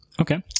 Okay